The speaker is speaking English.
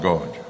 God